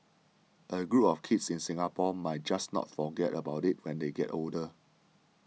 a group of kids in Singapore might just not forget about it when they get older